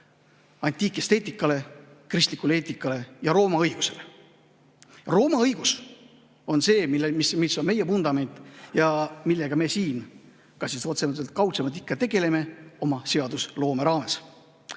antiikesteetikal, kristlikul eetikal ja Rooma õigusel. Rooma õigus on see, mis on meie vundament ja millega me siin kas otseselt või kaudsemalt ikka tegeleme oma seadusloome raames.